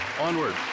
Onward